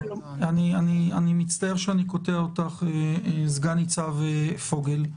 אני מצטער שאני קוטע אותך, סגן ניצב פוגל.